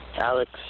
Alex